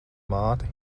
māti